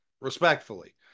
Respectfully